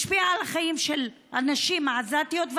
משפיע על החיים של הנשים העזתיות.